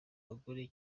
bagore